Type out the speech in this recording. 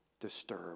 disturb